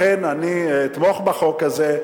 לכן, אני אתמוך בחוק הזה.